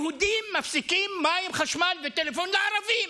יהודים מפסיקים מים, חשמל טלפון לערבים.